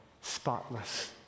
spotless